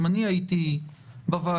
אם אני הייתי בוועדה,